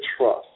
trust